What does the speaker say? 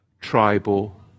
tribal